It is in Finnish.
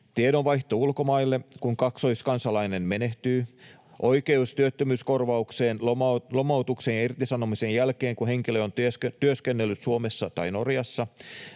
tiedonvaihto ulkomaille, kun kaksoiskansalainen menehtyy; oikeus työttömyyskorvaukseen lomautuksen ja irtisanomisen jälkeen, kun henkilö on työskennellyt Suomessa tai Norjassa;